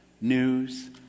news